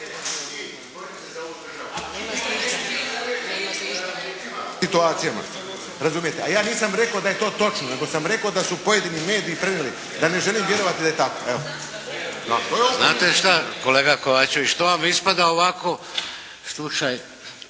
situacijama, razumijete? A ja nisam rekao da je to točno nego sam rekao da su pojedini mediji prenijeli, da ja ne želim vjerovati da je tako. Evo. … /Upadica